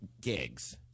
gigs